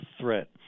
threat